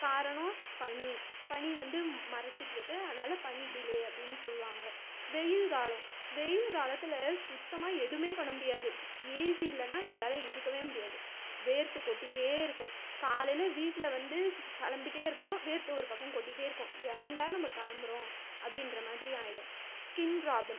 காரணம் பனி பனி வந்து மறச்சுட்ருக்கு அதனால பனி டிலே அப்டின்னு சொல்வாங்கள் வெயில் காலம் வெயில் காலத்தில் சுத்தமாக எதுவுமே பண்ண முடியாது ஏசி இல்லைன்னா நம்மளால இருக்கவே முடியாது வேர்த்து கொட்டிகிட்டே இருக்கும் காலையில் வீட்டில் வந்து கிளம்பிட்டே இருப்போம் வேர்த்து ஒரு பக்கம் கொட்டிகிட்டே இருக்கும் ஏன்டா நம்ம கிளம்புறோம் அப்படின்ற மாதிரி ஆகிடும் ஸ்கின் ப்ராப்ளம்